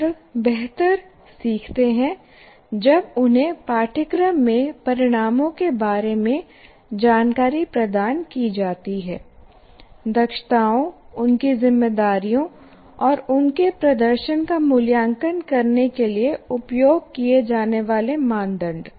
छात्र बेहतर सीखते हैं जब उन्हें पाठ्यक्रम के परिणामों के बारे में जानकारी प्रदान की जाती है दक्षताओं उनकी जिम्मेदारियों और उनके प्रदर्शन का मूल्यांकन करने के लिए उपयोग किए जाने वाले मानदंड